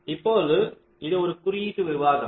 இப்போது இது குறியீட்டு விவாதம்